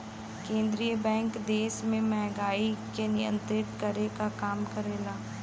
केंद्रीय बैंक देश में महंगाई के नियंत्रित करे क काम करला